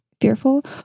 fearful